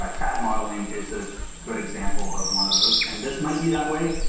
ah cad modeling is a good example of one of those. and this might be that way.